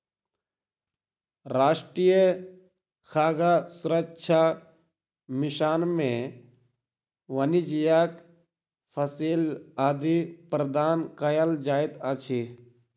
राष्ट्रीय खाद्य सुरक्षा मिशन में वाणिज्यक फसिल आदि प्रदान कयल जाइत अछि